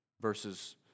Versus